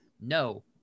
No